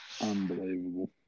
Unbelievable